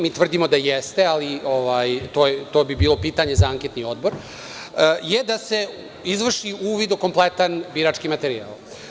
Mi tvrdimo da jeste, ali to bi bilo pitanje za anketni odbor, je da se izvrši uvid u kompletan birački materijal.